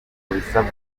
ukwerekana